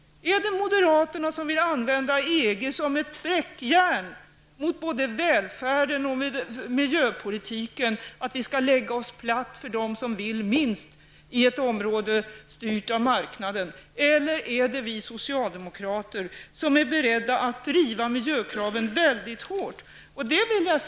Är det moderaterna, som vill använda EG som ett bräckjärn mot både välfärden och miljöpolitiken och som anser att vi skall lägga oss platt för dem som vill minst i ett område styrt av marknaden? Eller är det vi socialdemokrater, som är beredda att driva miljökraven väldigt hårt, som skall sköta förhandlingarna?